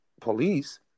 police